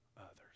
others